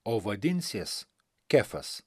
o vadinsies kefas